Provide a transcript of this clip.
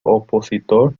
opositor